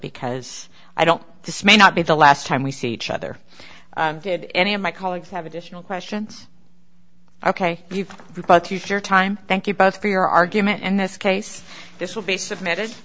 because i don't this may not be the last time we see each other did any of my colleagues have additional questions ok you've put your time thank you both for your argument in this case this will be submitted